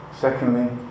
Secondly